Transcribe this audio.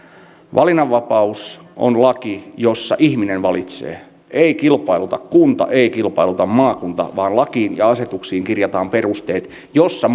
valinnanvapaus on laki jossa ihminen valitsee ei kilpailuta kunta ei kilpailuta maakunta vaan lakiin ja asetuksiin kirjataan perusteet joissa